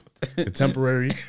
Contemporary